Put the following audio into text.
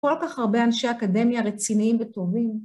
כל כך הרבה אנשי האקדמיה רציניים וטובים.